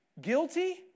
Guilty